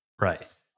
Right